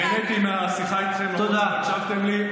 נהניתי מהשיחה איתכם למרות שלא הקשבתם לי.